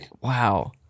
Wow